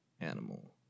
animal